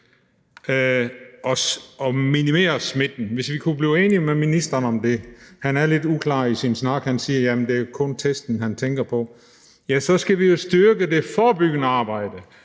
at minimere smitten, hvis vi kunne blive enige med ministeren om det – han er lidt uklar i sin tale; han siger, at det kun er testen, han tænker på – så skal vi jo styrke det forebyggende arbejde,